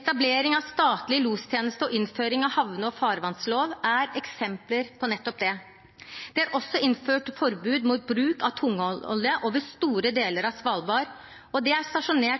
Etablering av statlig lostjeneste og innføring av havne- og farvannslov er eksempler på nettopp det. Det er også innført forbud mot bruk av tungolje over store deler av Svalbard, og det er stasjonert